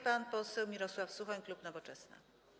Pan poseł Mirosław Suchoń, klub Nowoczesna.